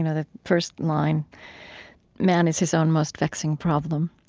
and the first line man is his own most vexing problem.